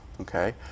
Okay